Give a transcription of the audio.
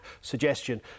suggestion